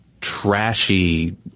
trashy